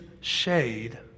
shade